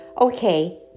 okay